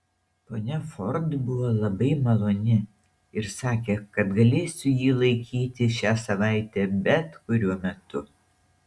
ponia ford buvo labai maloni ir sakė kad galėsiu jį laikyti šią savaitę bet kuriuo metu